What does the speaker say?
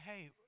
Hey